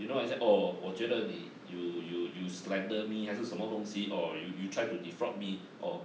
you know I said oh 我觉得 you you you use slander me 还是什么东西 or you you try to defraud me or